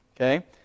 Okay